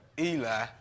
Eli